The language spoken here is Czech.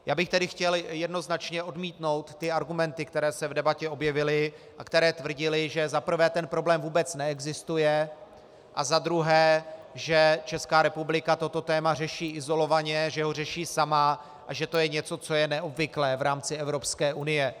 Já bych tedy chtěl jednoznačně odmítnout ty argumenty, které se v debatě objevily a které tvrdily, že za prvé ten problém vůbec neexistuje a za druhé že Česká republika toto téma řeší izolovaně, že ho řeší sama a že to je něco, co je neobvyklé v rámci Evropské unie.